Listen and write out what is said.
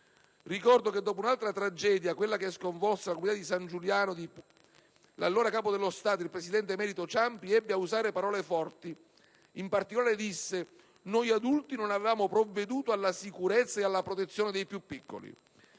Ricordo che dopo un'altra tragedia, quella che sconvolse la comunità di San Giuliano di Puglia, in Molise, l'allora Capo dello Stato, il presidente emerito Ciampi, ebbe a usare parole forti; in particolare disse: «Noi adulti non avevamo provveduto alla sicurezza ed alla protezione dei più piccoli».